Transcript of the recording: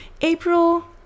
April